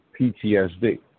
PTSD